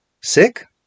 Sick